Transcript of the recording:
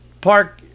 park